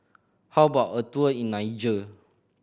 how about a tour in Niger